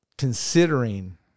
Considering